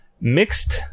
mixed